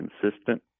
consistent